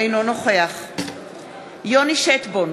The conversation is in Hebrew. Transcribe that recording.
אינו נוכח יוני שטבון,